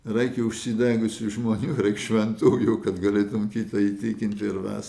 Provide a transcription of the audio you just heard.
reikia užsidegusių žmonių reik šventųjų kad galėtum kitą įtikinti ir vest